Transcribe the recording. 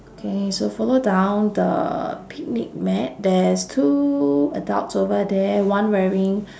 okay so follow down the picnic mat there's two adults over there one wearing